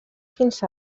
fins